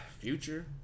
Future